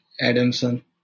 Adamson